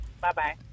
Bye-bye